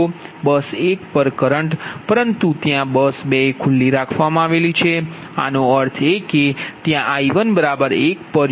બસ 1 પર કરંટ પરંતુ બસ 2 ખુલ્લી છે આનો અર્થ એ કે આ I11 p